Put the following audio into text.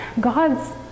God's